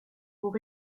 pour